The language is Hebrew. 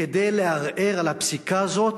כדי לערער על הפסיקה הזאת.